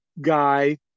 guy